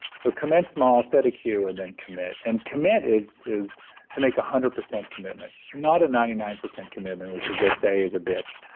so commence small, set a cue, and then commit. and commit is is to make one hundred percent commitment, so not a ninety nine percent commitment, which as they say is a bitch,